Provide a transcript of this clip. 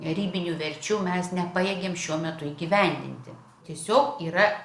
ribinių verčių mes nepajėgiam šiuo metu įgyvendinti tiesiog yra